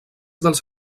dels